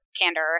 candor